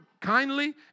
kindly